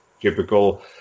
Typical